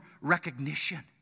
recognition